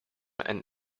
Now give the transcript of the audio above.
and